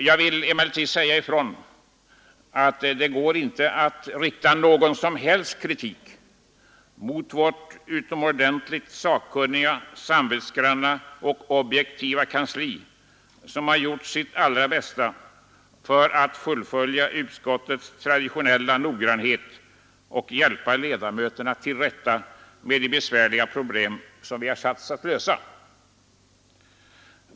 Jag vill emellertid säga ifrån att det inte går att rikta någon som helst kritik mot vårt utomordentligt sakkunniga, samvetsgranna och objektiva kansli, som gjort sitt allra bästa för att fullfölja utskottets traditionella noggrannhet och hjälpa ledamöterna till rätta med de besvärliga problem som vi har satts att lösa.